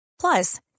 Plus